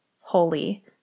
holy